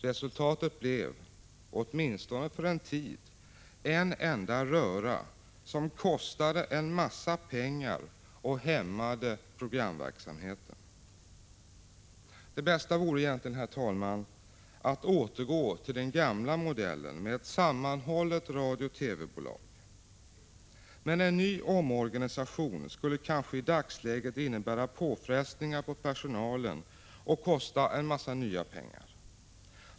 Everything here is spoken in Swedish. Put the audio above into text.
Resultatet blev — åtminstone för en tid — en enda röra som kostade en massa pengar och hämmade programverksamheten. Det bästa vore egentligen, herr talman, att återgå till den gamla modellen med ett sammanhållet radiooch TV-bolag. Men en ny omorganisation skulle kanske i dagsläget innebära påfrestningar på personalen och kosta en massa nya pengar.